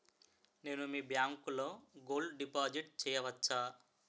నేను మీ బ్యాంకులో గోల్డ్ డిపాజిట్ చేయవచ్చా?